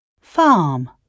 farm